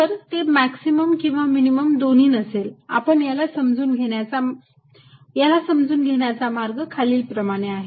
तर ते मॅक्झिमम किंवा मिनिमम दोन्ही नसेल याला समजून घेण्याचा मार्ग खालील प्रमाणे आहे